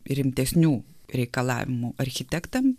rimtesnių reikalavimų architektam